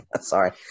sorry